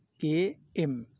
Km